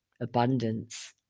abundance